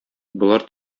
болар